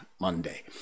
Monday